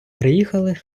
приїхали